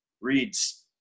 reads